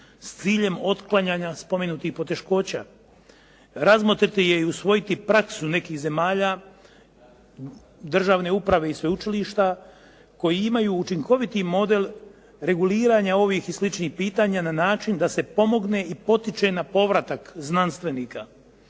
s ciljem otklanjanja spomenutih poteškoća, razmotriti je i usvojiti praksu nekih zemalja državne uprave i sveučilišta koji imaju učinkoviti model reguliranja ovih i sličnih pitanja na način da se pomogne i potiče na povratak znanstvenika.